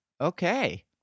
Okay